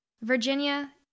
Virginia